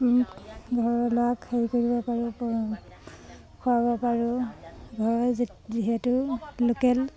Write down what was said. ঘৰৰ ল'ৰাক হেৰি কৰিব পাৰোঁ খুৱাব পাৰোঁ ঘৰৰ যিহেতু লোকেল